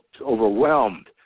overwhelmed